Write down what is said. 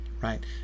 right